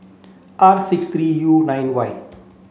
R six three U nine Y